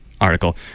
article